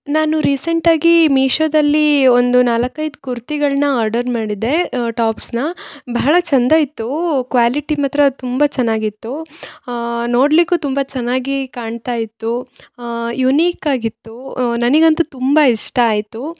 ನಾನು ರಿಸೆಂಟಾಗಿ ಮೀಶೊದಲ್ಲಿ ಒಂದು ನಾಲ್ಕೈದು ಕುರ್ತಿಗಳನ್ನ ಆರ್ಡರ್ ಮಾಡಿದ್ದೆ ಟಾಪ್ಸ್ನ ಬಹಳ ಚಂದ ಇತ್ತು ಕ್ವ್ಯಾಲಿಟಿ ಮಾತ್ರ ತುಂಬ ಚೆನ್ನಾಗಿತ್ತು ನೋಡಲಿಕ್ಕು ತುಂಬ ಚೆನ್ನಾಗಿ ಕಾಣ್ತಾಯಿತ್ತು ಯೂನಿಕಾಗಿತ್ತು ನನಗಂತು ತುಂಬ ಇಷ್ಟ ಆಯಿತು